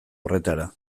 horretara